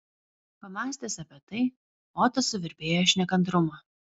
pamąstęs apie tai otas suvirpėjo iš nekantrumo